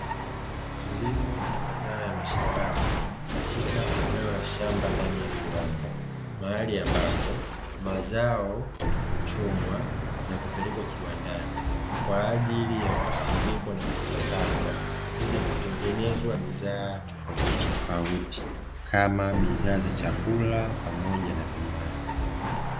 Kilimo cha mazao ya shambani katika eneo la kiwanda mahali ambapo mazao huchumwa na kupelekwa kiwandani kwa ajili ya kusindikwa na kuchakatwa, ili kutengeneza bidhaa tofauti tofauti kama bidhaa za chakula na bidhaa za vinywaji.